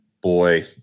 boy